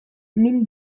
min